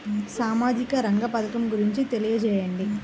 సామాజిక రంగ పథకం గురించి తెలియచేయండి?